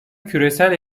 küresel